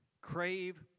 Crave